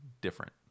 different